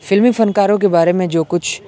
فلمی فنکاروں کے بارے میں جو کچھ